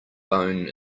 bone